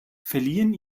verliehen